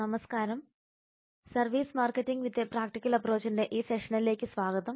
നമസ്കാരം service marketing with a practical അപ്പ്രോച്ചിന്റെ ഈ സെഷനിലേക്കു സ്വാഗതം